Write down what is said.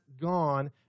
gone